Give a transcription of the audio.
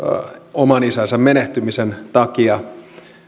oman isänsä menehtymisen takia